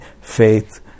faith